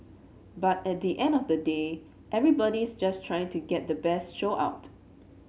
but at the end of the day everybody's just trying to get the best show out